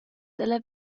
dalla